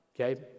okay